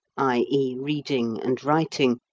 i e. reading and writing,